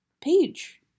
page